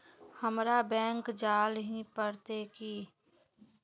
हमरा बैंक जाल ही पड़ते की?